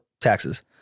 taxes